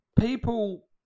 people